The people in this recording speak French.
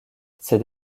c’est